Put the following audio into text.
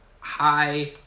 hi